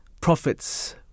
profits